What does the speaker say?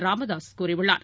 ராமதாசுகூறியுள்ளார்